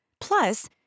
plus